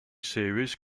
series